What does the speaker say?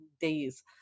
days